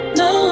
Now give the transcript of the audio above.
no